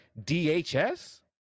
DHS